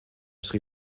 sri